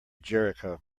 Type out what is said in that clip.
jericho